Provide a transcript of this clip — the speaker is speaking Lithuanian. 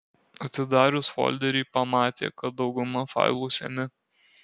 atidarius folderį pamatė kad dauguma failų seni